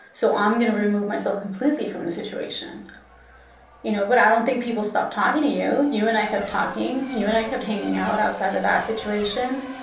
so i'm gonna remove myself completely from the situation you know but i don't think people stopped talking to you. you and i kept talking, you and i kept hanging out outside of that situation.